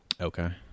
Okay